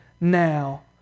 now